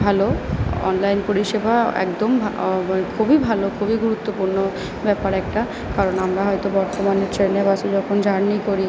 ভালো অনলাইন পরিষেবা একদম খুবই ভালো খুবই গুরুত্বপূর্ণ ব্যাপার একটা কারণ আমরা হয়তো বর্তমানে ট্রেনে বাসে যখন জার্নি করি